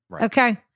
Okay